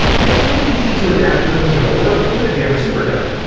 making it easy to adapt them to work with a jamma supergun.